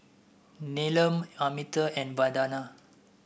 Neelam Amitabh and Vandana